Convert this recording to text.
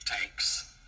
tanks